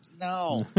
No